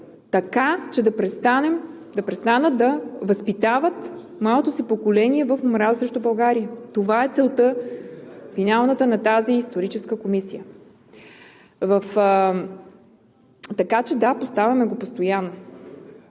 така че да престанат да възпитават младото си поколение в омраза срещу България. Това е финалната цел на тази историческа комисия. Така че, да, поставяме го постоянно.